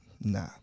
nah